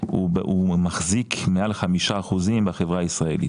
הוא מחזיק מעל חמישה אחוזים בחברה הישראלית.